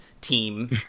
team